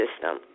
system